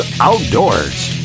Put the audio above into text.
Outdoors